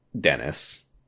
Dennis